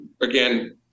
again